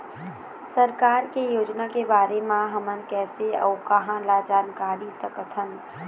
सरकार के योजना के बारे म हमन कैसे अऊ कहां ल जानकारी सकथन?